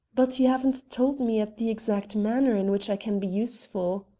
but you haven't told me yet the exact manner in which i can be useful.